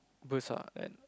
burst ah then